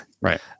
right